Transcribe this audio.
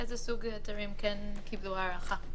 אילו סוג היתרים כן קיבלו הארכה?